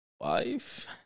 wife